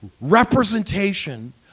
representation